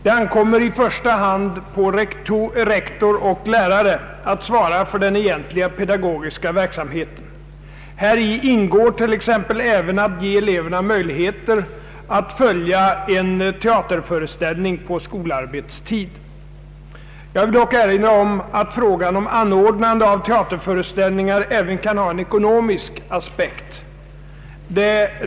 Det ankommer i första hand på rektor och lärare att svara för den egent liga pedagogiska verksamheten. Häri ingår t.ex. även att ge eleverna möjlighet att följa en teaterföreställning på skolarbetstid. Jag vill dock erinra om att frågan om anordnande av teaterföreställningar även kan ha en ekonomisk aspekt.